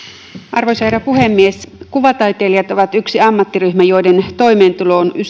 arvoisa herra puhemies kuvataiteilijat ovat yksi ammattiryhmä joiden toimeentulo on